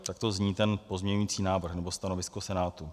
Takto zní ten pozměňující návrh nebo stanovisko Senátu.